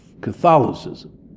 Catholicism